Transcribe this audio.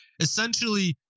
essentially